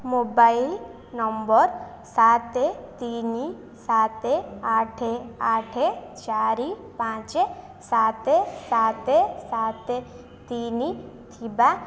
mobile number ସାତ ତିନି ସାତ ସାତ ଆଠ ଆଠ ଚାରି ପାଞ୍ଚ ସାତ ସାତ ସାତ ତିନି ଥିବା